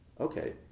Okay